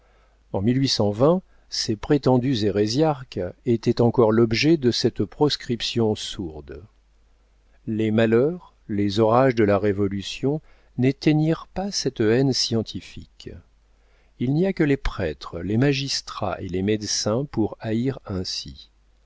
en ces prétendus hérésiarques étaient encore l'objet de cette proscription sourde les malheurs les orages de la révolution n'éteignirent pas cette haine scientifique il n'y a que les prêtres les magistrats et les médecins pour haïr ainsi